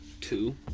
two